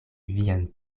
vian